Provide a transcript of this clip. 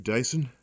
Dyson